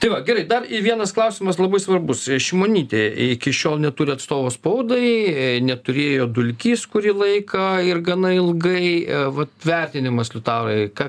tai va gerai dar vienas klausimas labai svarbus šimonytė iki šiol neturi atstovo spaudai neturėjo dulkys kurį laiką ir gana ilgai vat vertinimas liutaurai ką